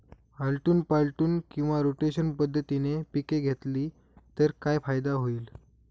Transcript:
आलटून पालटून किंवा रोटेशन पद्धतीने पिके घेतली तर काय फायदा होईल?